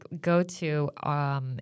go-to